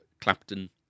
Clapton